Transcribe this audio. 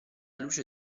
luce